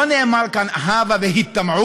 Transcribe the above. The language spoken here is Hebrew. לא נאמר כאן: הבה והיטמעו,